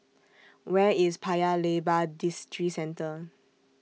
Where IS Paya Lebar Districentre